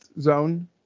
zone